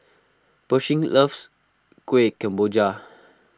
Pershing loves Kueh Kemboja